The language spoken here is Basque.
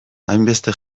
hainbeste